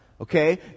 Okay